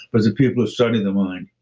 but the people who study the mind,